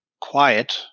quiet